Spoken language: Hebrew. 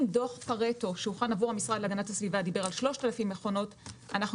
אם דוח פרטו שהוכן עבור המשרד להגנת הסביבה דיבר על 3,000 מכונות אנחנו